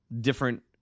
different